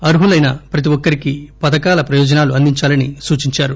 అర్హులైన ప్రతిఒక్కరికి పథకాల ప్రయోజనాలు అందించాలని సూచించారు